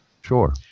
sure